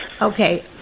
okay